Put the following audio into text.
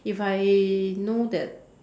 if I know that